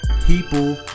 people